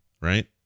right